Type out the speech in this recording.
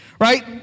Right